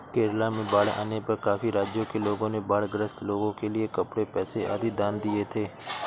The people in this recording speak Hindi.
केरला में बाढ़ आने पर काफी राज्यों के लोगों ने बाढ़ ग्रस्त लोगों के लिए कपड़े, पैसे आदि दान किए थे